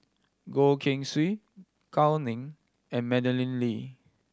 Goh Keng Swee Gao Ning and Madeleine Lee